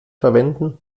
verwenden